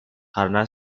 karena